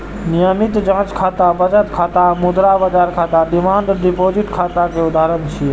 नियमित जांच खाता, बचत खाता आ मुद्रा बाजार खाता डिमांड डिपोजिट खाता के उदाहरण छियै